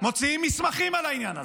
מוציאים מסמכים על העניין הזה.